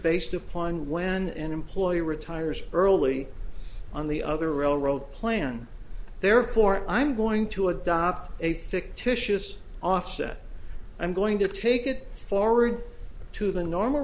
based upon when an employee retires early on the other railroad plan therefore i'm going to adopt a fictitious offset i'm going to take it forward to the normal